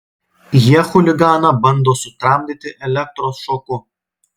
jie chuliganą bando sutramdyti elektros šoku